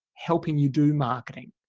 helping you do marketing.